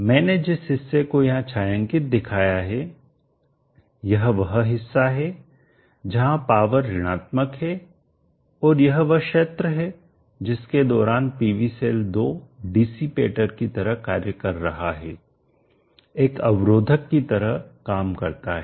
मैंने जिस हिस्से को यहां छायांकित दिखाया है यह वह हिस्सा है जहां पावर ऋणात्मक है और यह वह क्षेत्र है जिसके दौरान PV सेल 2 डिसिपेटर की तरह कार्य कर रहा है एक अवरोधक की तरह काम करता है